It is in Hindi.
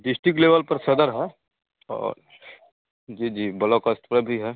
डिस्टिक लेवल पर सदर है और जी जी ब्लॉ कॉस्ट पर भी है